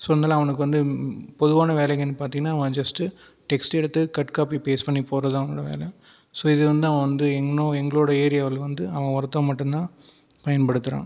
so அதனால் அவனுக்கு வந்து பொதுவான வேலைங்கனு பாத்தீங்கனா அவன் ஜஸ்ட் டெக்ஸ்ட் எடுத்து கட் காபி பேஸ்ட் பண்ணி போடுகிறது தான் அவனோட வேலை சோ இது வந்து அவன் வந்து இன்னும் எங்களோட ஏரியாவில் வந்து அவன் ஒருத்தன் மட்டும்தான் பயன்படுத்துகிறான்